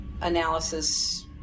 analysis